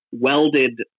welded